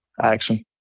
action